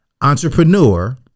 entrepreneur